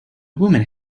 woman